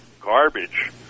garbage